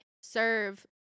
serve